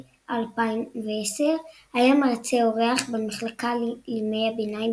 2012-2010 היה מרצה אורח במחלקה לימי הביניים